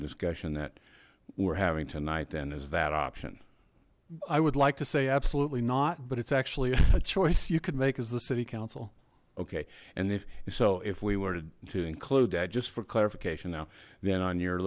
discussion that we're having tonight then is that option i would like to say absolutely not but it's actually a choice you could make as the city council okay and if so if we were to include that just for clarification now then on your